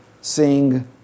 sing